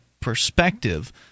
perspective